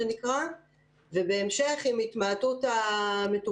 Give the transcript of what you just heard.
ואנחנו נמצאים על זה בשיח גם עם האוצר ואתם מכירים את זה גם,